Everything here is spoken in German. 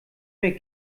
mehr